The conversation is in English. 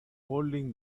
holding